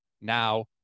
now